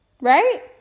Right